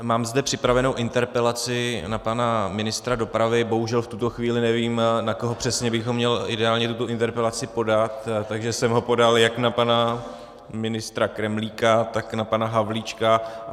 Mám zde připravenou interpelaci na pana ministra dopravy, bohužel v tuto chvíli nevím, na koho přesně bych měl tuto interpelaci podat, takže jsem ji podal jak na pana ministra Kremlíka, tak na pana Havlíčka.